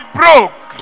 broke